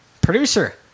producer